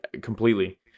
completely